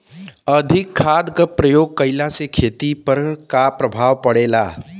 अधिक खाद क प्रयोग कहला से खेती पर का प्रभाव पड़ेला?